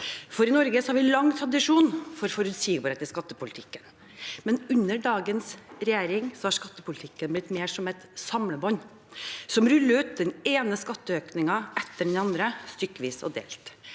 for i Norge har vi lang tradisjon for forutsigbarhet i skattepolitikken. Under dagens regjering har skattepolitikken blitt mer som et samlebånd som ruller ut den ene skatteøkningen etter den andre, stykkevis og delt: